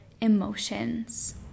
emotions